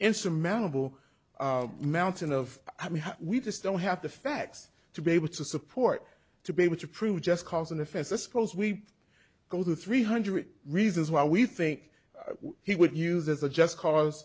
insurmountable mountain of i mean we just don't have the facts to be able to support to be able to prove just cause an offense i suppose we go to three hundred reasons why we think he would use as a just cause